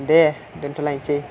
दे दोनथ'लायनोसै